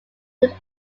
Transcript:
could